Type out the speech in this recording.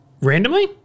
Randomly